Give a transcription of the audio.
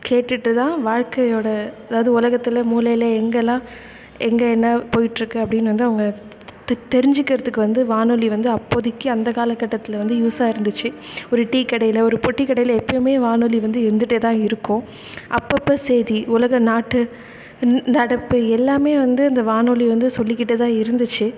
கேட்டுட்டு தான் வாழ்க்கையோடய அதாவது உலகத்துல மூலையில் எங்கேலாம் எங்கே என்ன போயிட்டிருக்கு அப்படின்னு வந்து அவங்க தெ தெ தெரிஞ்சிக்கிறதுக்கு வந்து வானொலி வந்து அப்போதைக்கி அந்த காலக்கட்டத்தில் வந்து யூஸாக இருந்துச்சு ஒரு டீ கடையில் ஒரு பொட்டி கடையில் எப்பயுமே வானொலி வந்து இருந்துகிட்டேதான் இருக்கும் அப்பப்போ சேதி உலக நாட்டு இந் நடப்பு எல்லாமே வந்து இந்த வானொலி வந்து சொல்லிக்கிட்டேதான் இருந்துச்சு